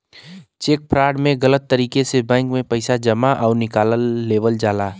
check fraud में गलत तरीके से बैंक में पैसा जमा आउर निकाल लेवल जाला